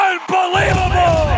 Unbelievable